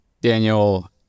Daniel